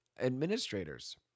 administrators